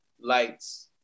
lights